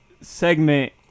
segment